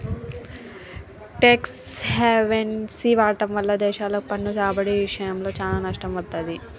tax హెవెన్ని వాడటం వల్ల దేశాలకు పన్ను రాబడి ఇషయంలో చానా నష్టం వత్తది